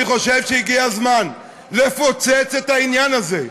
אני חושב שהגיע הזמן לפוצץ את העניין הזה,